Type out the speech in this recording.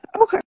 Okay